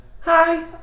Hi